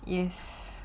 yes